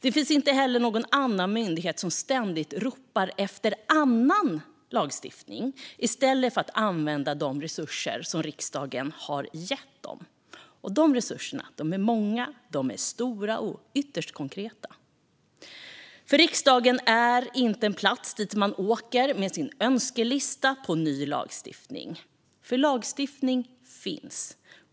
Det finns inte heller någon annan myndighet som ständigt ropar efter annan lagstiftning i stället för att använda de resurser som riksdagen har gett dem. Och de resurserna är många, stora och ytterst konkreta. Riksdagen är inte en plats dit man åker med sin önskelista över ny lagstiftning. Lagstiftning finns nämligen.